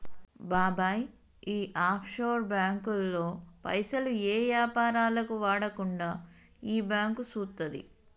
బాబాయ్ ఈ ఆఫ్షోర్ బాంకుల్లో పైసలు ఏ యాపారాలకు వాడకుండా ఈ బాంకు సూత్తది